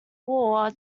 war